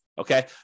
Okay